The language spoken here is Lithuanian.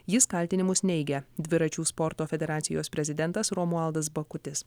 jis kaltinimus neigia dviračių sporto federacijos prezidentas romualdas bakutis